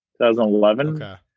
2011